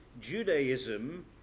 Judaism